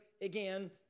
again